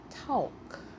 talk